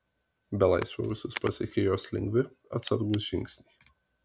belaisvio ausis pasiekė jos lengvi atsargūs žingsniai